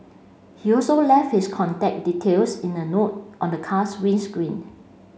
he also left his contact details in a note on the car's windscreen